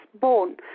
born